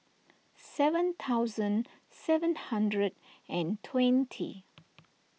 seven thousand seven hundred and twenty